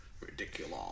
Ridiculous